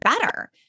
better